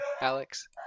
Alex